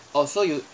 oh so you